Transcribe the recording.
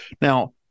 Now